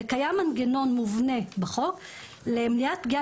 וקיים מנגנון מובנה בחוק למניעת פגיעה